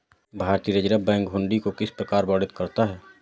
भारतीय reserve bank हुंडी को किस प्रकार वर्णित करता है?